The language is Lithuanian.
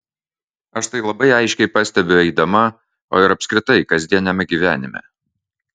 aš tai labai aiškiai pastebiu eidama o ir apskritai kasdieniame gyvenime